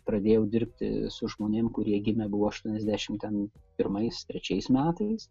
pradėjau dirbti su žmonėm kurie gimę buvo aštuoniasdešimt ten pirmais trečiais metais